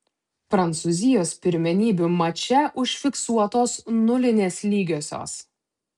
prancūzijos pirmenybių mače užfiksuotos nulinės lygiosios